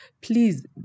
please